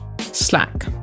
slack